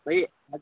ଭାଇ